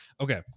Okay